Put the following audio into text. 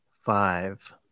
Five